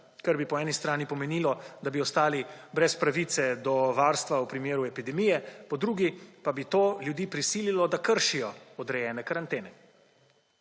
kar bi po eni strani pomenilo, da bi ostali brez pravice do varstva v primeru epidemije, po drugi pa bi to ljudi prisililo, da kršijo odrejene karantene.